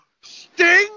Sting